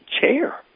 chair